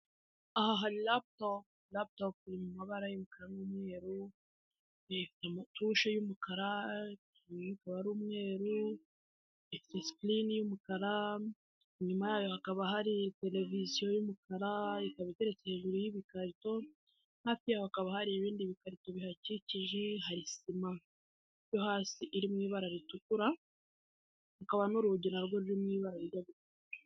Aha hari raputopu, raputopu iri mu mabara y'umukara n'umweru ifite amatushe y'umukara, ikaba ari umweru ifite sikirini y'umukara inyuma yayo hakaba hari tereviziyo y'umukara ikaba iteretse hejuru y'ibikarito hafi yaho hakaba hari ibindi bikarito bihakikije hari sima yo hasi iri mu ibara ritukura, hakaba n'urugi narwo ruri mu ibara rijya gusa umweru.